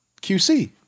QC